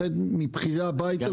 מבכירי הבית הזה,